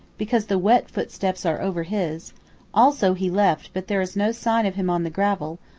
because the wet footsteps are over his also he left, but there is no sign of him on the gravel,